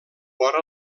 vora